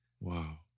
Wow